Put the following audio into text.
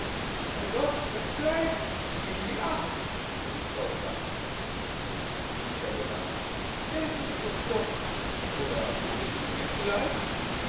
mein gott das kleid geben sie acht schrie frau franz und zum apotheker gewandt helfen sie uns doch oder fürchten sie sich vielleicht